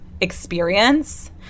experience